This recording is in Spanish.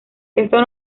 esto